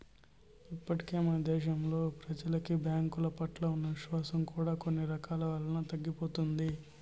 ఇప్పటికే మన దేశంలో ప్రెజలకి బ్యాంకుల పట్ల ఉన్న విశ్వాసం కూడా కొన్ని కారణాల వలన తరిగిపోతున్నది